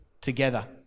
together